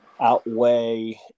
outweigh